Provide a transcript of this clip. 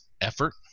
effort